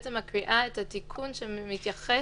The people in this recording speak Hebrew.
כי ברגע שחוק המעצרים נוקב באינו מסוגל להתייצב,